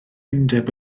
undeb